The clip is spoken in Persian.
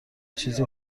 چیز